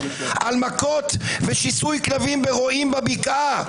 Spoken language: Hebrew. על מכות ושיסוי כלבים ברועים בבקעה.